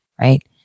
right